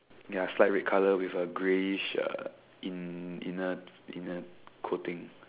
ya slight red colour with a greyish uh in~ inner inner coating